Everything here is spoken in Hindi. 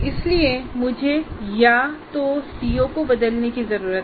इसलिए मुझे या तो सीओ को बदलने की जरूरत है